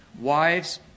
Wives